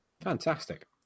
fantastic